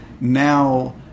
now